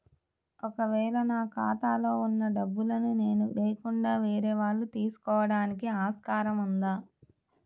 ఒక వేళ నా ఖాతాలో వున్న డబ్బులను నేను లేకుండా వేరే వాళ్ళు తీసుకోవడానికి ఆస్కారం ఉందా?